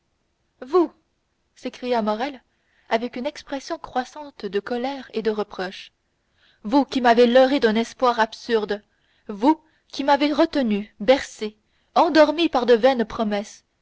vous s'écria morrel avec une expression croissante de colère et de reproche vous qui m'avez leurré d'un espoir absurde vous qui m'avez retenu bercé endormi par de vaines promesses